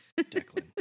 Declan